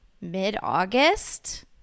mid-August